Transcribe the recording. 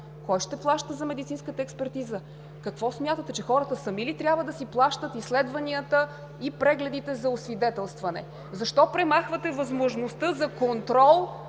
Кой ще плаща за медицинската експертиза? Какво смятате – хората сами ли трябва да си плащат изследванията и прегледите за освидетелстване? Защо премахвате възможността за контрол